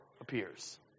appears